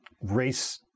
race